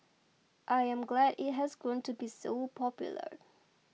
I am glad it has grown to be so popular